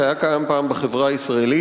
שהיה קיים פעם בחברה הישראלית,